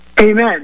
Amen